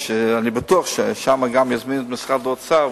אני בטוח שלשם יזמינו גם את משרד האוצר,